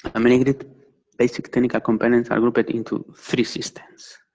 a mini-grid basic technical components are grouped into three systems.